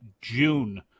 June